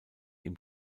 ihm